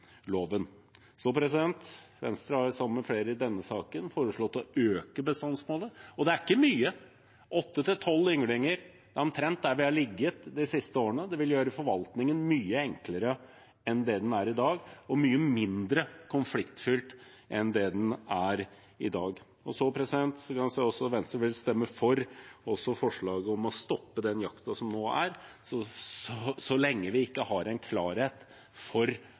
Venstre har sammen med flere partier i denne saken foreslått å øke bestandsmålet, og det er ikke mye: Åtte–tolv ynglinger er omtrent der vi har ligget de siste årene. Det vil gjøre forvaltningen mye enklere og mye mindre konfliktfylt enn det den er i dag. Venstre vil også stemme for forslaget om å stoppe den jakten som nå er, så lenge vi ikke har klarhet for